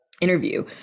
interview